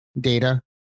data